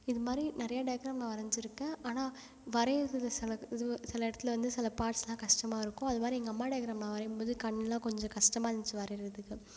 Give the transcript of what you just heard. இது மாதிரி நிறைய டையக்ராம் நான் வரஞ்சிருக்கேன் ஆனால் வரையிறதில் சில இதுவு சில இடத்துல வந்து சில பார்ட்ஸ்லாம் கஷ்டமாக இருக்கும் அது மாதிரி எங்கள் அம்மா டையக்ராம் நான் வரையம்போது கண்ணுலாம் கொஞ்சம் கஸ்டமாக இருந்துச்சு வரையிறதுக்கு